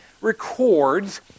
records